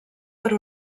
per